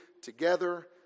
together